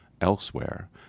elsewhere